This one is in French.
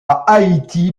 haïti